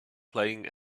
playing